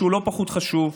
שהוא לא פחות חשוב: